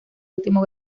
último